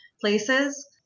places